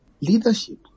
leadership